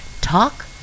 Talk